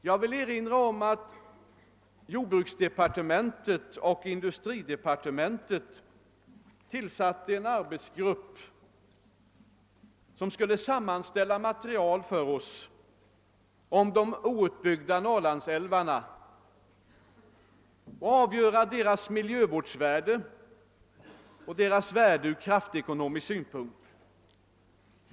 Jag vill erinra om att jordbruksdepartementet och industridepartementet tillsatte en arbetsgrupp som skulle sammanställa material för oss om de outbyggda Norrlandsälvarna och avgöra deras miljövårdsvärde och deras "värde ur kraftekonomisk synpunkt.